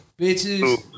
Bitches